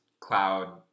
Cloud